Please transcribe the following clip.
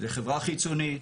זה חברה חיצונית,